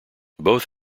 both